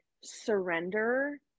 surrender